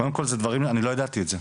קודם כל זה דברים, אני לא ידעתי את זה.